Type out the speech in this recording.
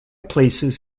places